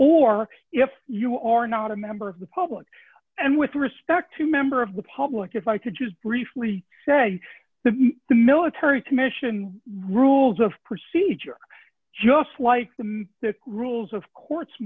or if you are not a member of the public and with respect to member of the public if i could just briefly say that the military commission rules of procedure just like the rules of courts